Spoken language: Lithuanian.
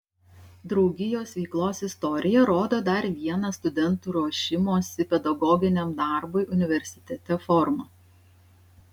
draugijos veiklos istorija rodo dar vieną studentų ruošimosi pedagoginiam darbui universitete formą